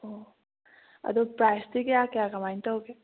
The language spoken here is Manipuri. ꯑꯣ ꯑꯗꯨ ꯄ꯭ꯔꯥꯏꯁꯇꯤ ꯀꯌꯥ ꯀꯌꯥ ꯀꯃꯥꯏꯅ ꯇꯧꯒꯦ